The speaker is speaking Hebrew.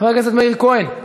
חבר הכנסת מאיר כהן,